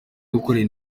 gukorana